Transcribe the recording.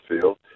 field